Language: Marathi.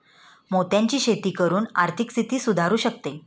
मोत्यांची शेती करून आर्थिक स्थिती सुधारु शकते